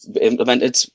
implemented